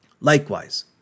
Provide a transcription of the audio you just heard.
Likewise